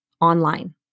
online